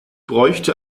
bräuchte